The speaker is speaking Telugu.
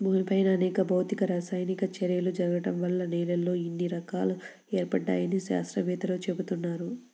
భూమిపైన అనేక భౌతిక, రసాయనిక చర్యలు జరగడం వల్ల నేలల్లో ఇన్ని రకాలు ఏర్పడ్డాయని శాత్రవేత్తలు చెబుతున్నారు